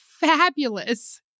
fabulous